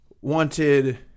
wanted